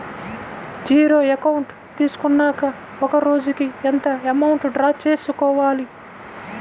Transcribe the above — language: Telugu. జీరో అకౌంట్ తీసుకున్నాక ఒక రోజుకి ఎంత అమౌంట్ డ్రా చేసుకోవాలి?